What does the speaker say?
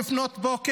היום, לפנות בוקר,